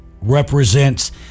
represents